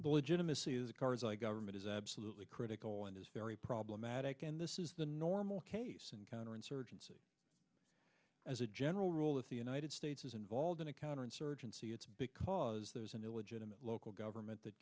the legitimacy of the karzai government is absolutely critical and is very problematic and this is the normal case in counterinsurgency as a general rule if the united states is involved in a counterinsurgency it's because there's an illegitimate local government that